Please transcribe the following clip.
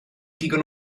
digon